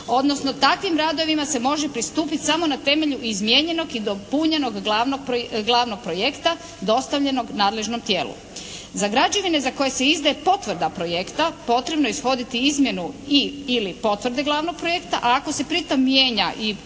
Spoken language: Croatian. odnosno takvim radovima se može pristupiti samo na temelju izmijenjenog i dopunjenog glavnog projekta dostavljenog nadležnom tijelu. Za građevine za koje se izdaje potvrda projekta potrebno ishoditi izmjenu i ili potvrde glavnog projekta a ako se pritom mijenja i